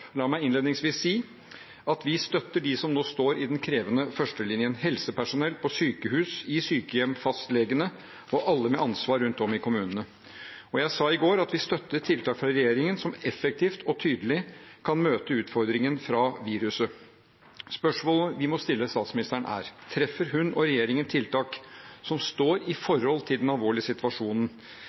La meg innledningsvis si at vi støtter dem som nå står i den krevende førstelinjen: helsepersonell på sykehus og i sykehjem, fastlegene og alle med ansvar rundt om i kommunene. Jeg sa i går at vi støtter tiltak fra regjeringen som effektivt og tydelig kan møte utfordringen fra viruset. Spørsmålene vi må stille statsministeren, er: Treffer hun og regjeringen tiltak som står i forhold til den alvorlige situasjonen,